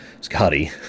Scotty